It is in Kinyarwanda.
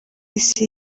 isi